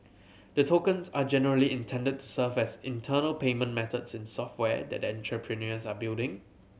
the tokens are generally intended to serve as internal payment methods in software that the entrepreneurs are building